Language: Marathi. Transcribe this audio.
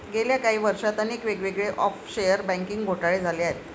गेल्या काही वर्षांत अनेक वेगवेगळे ऑफशोअर बँकिंग घोटाळे झाले आहेत